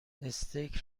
استیک